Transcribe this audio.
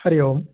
हरिः ओम्